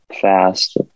fast